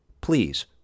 please